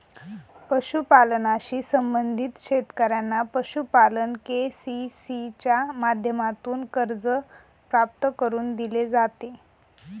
पशुपालनाशी संबंधित शेतकऱ्यांना पशुपालन के.सी.सी च्या माध्यमातून कर्ज प्राप्त करून दिले जाते